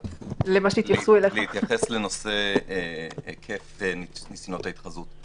אתייחס לנושא היקף ניסיונות ההתחזות.